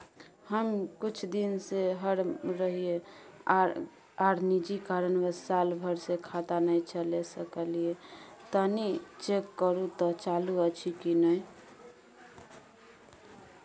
हम कुछ दिन से बाहर रहिये आर निजी कारणवश साल भर से खाता नय चले सकलियै तनि चेक करू त चालू अछि कि नय?